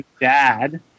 dad